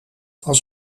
als